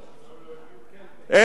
אין קבלת אחריות,